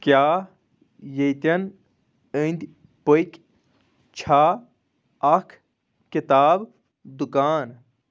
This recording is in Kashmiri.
کیٛاہ ییٚتٮ۪ن أنٛدۍ پٔکۍ چھا اَکھ کِتاب دُکان